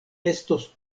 estos